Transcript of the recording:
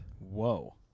Whoa